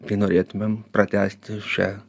tai norėtumėm pratęsti šią